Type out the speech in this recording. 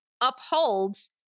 upholds